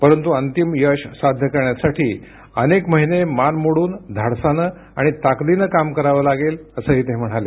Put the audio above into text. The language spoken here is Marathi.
परंतु अंतिम यश साध्य करण्यासाठी अनेक महिने मान मोडून धाडसाने आणि ताकदीने काम करावं लागेल असंही ते म्हणाले